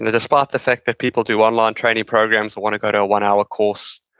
and despite the fact that people do online training programs or want to go to a one hour course,